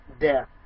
death